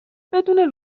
بدون